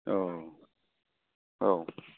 औ औ